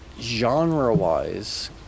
genre-wise